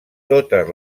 totes